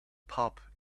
pup